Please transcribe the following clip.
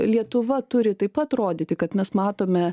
lietuva turi taip atrodyti kad mes matome